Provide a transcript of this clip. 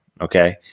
Okay